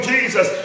Jesus